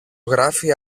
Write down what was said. γράφει